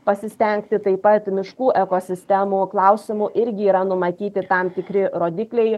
pasistengti taip pat miškų ekosistemų klausimu irgi yra numatyti tam tikri rodikliai